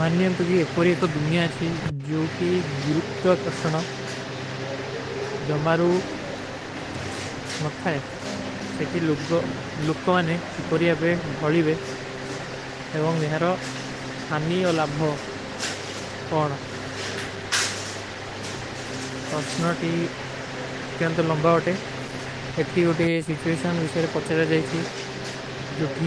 ମାନନିଯାଂତୋ କି ଏପରୀ ଏକ ଦୁନ୍ଯା ଅଚ୍ଛୀ ଜୋ ଠୀ ଗୁରୁତ୍ତ୍ଵା କର୍ଷନା ଜମାରୁ ନଥାଏ। ସେ ଠୀ ଲୁଗ୍ଗୋ, ଲୁଗ୍ଗୋ ମାନେ ଏପରୀ ଆପେ ଧାଲୀବେ ଏଵଂଗ ଯହରୋ ହାନୀ ଅଲାଭଵ କରନା। ପ୍ରାସନା ଥୀ ଉତ୍ଯାଂତୋ ଲଂବା ହୋତେ। ଏଠୀ ଉଠେ ସିଟ୍ଵେଶନ ଵିଶରେ ପଚଲା ଜାଏଚୀ ଜୋ ଠୀ